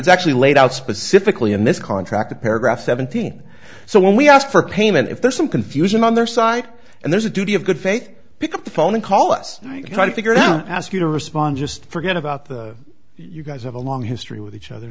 it's actually laid out specifically in this contract that paragraph seventeen so when we ask for payment if there's some confusion on their side and there's a duty of good faith pick up the phone and call us trying to figure out ask you to respond just forget about the you guys have a long history with each other